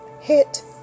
hit